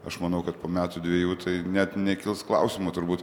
aš manau kad po metų dviejų tai net nekils klausimo turbūt